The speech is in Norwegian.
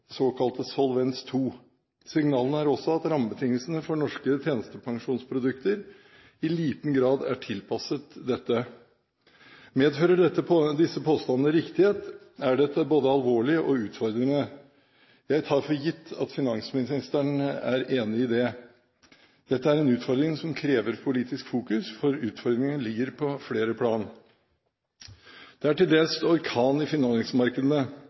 såkalte Solvens 2. Signalene er også at rammebetingelsene for norske tjenestepensjonsprodukter i liten grad er tilpasset dette. Medfører disse påstandene riktighet, er det både alvorlig og utfordrende. Jeg tar for gitt at finansministeren er enig i det. Dette er en utfordring som krever politisk fokus, for utfordringen ligger på flere plan. Det er til dels orkan i